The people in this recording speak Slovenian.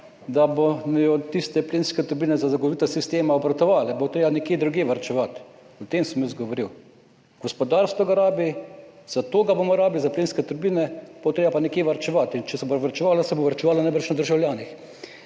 da bodo tiste plinske turbine za zagotovitev sistema obratovale, bo treba nekje drugje varčevati. O tem sem jaz govoril. Gospodarstvo ga rabi, za to ga bomo rabili, za plinske turbine, potem bo treba pa nekje varčevati. In če se bo varčevalo, se bo varčevalo najbrž na državljanih.